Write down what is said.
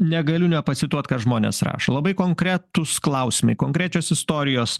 negaliu nepacituot ką žmonės rašo labai konkretus klausimai konkrečios istorijos